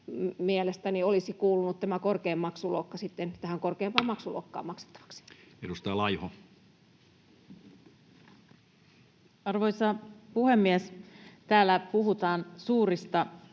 tähän korkeimpaan maksuluokkaan maksettavaksi. Edustaja Laiho. Arvoisa puhemies! Täällä puhutaan suurista